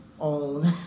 own